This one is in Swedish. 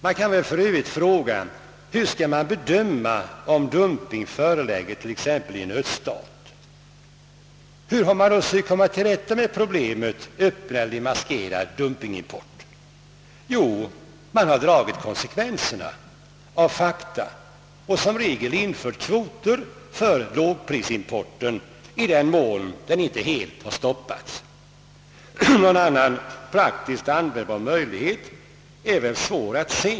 Man kan väl för övrigt fråga hur man skall avgöra om dumping föreligger i t.ex. en öststat. Hur har man då sökt komma till rätta med problemet öppen eller demaskerad dumpingimport? Jo, man har dragit konsekvenserna av fakta och som regel infört kvoter för lågprisimporten i den mån den inte helt har stoppats. Någon annan praktiskt användbar möjlighet är svår att se.